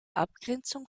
abgrenzung